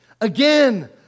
again